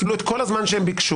הם קיבלו את כל הזמן שהם ביקשו.